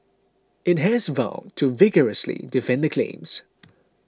it has vowed to vigorously defend the claims